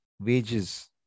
wages